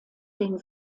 den